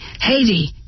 Haiti